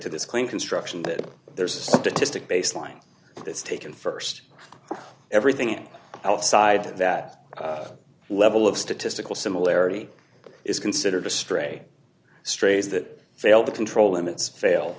to this claim construction that there's a statistic baseline that's taken st everything outside that level of statistical similarity is considered a stray strays that fail to control limits fail